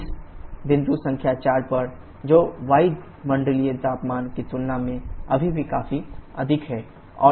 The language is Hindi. इस बिंदु संख्या 4 पर जो वायुमंडलीय तापमान की तुलना में अभी भी काफी अधिक है